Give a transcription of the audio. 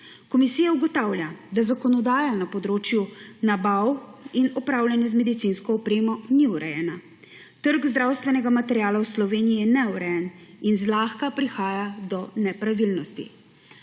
Komisija ugotavlja, da zakonodaja na področju nabav in upravljanja z medicinsko opremo ni urejena. Trg zdravstvenega materiala v Sloveniji je neurejen in zlahka prihaja do nepravilnosti.